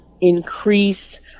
increase